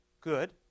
Good